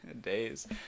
Days